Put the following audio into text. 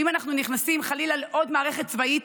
שאם אנחנו נכנסים חלילה לעוד מערכה צבאית,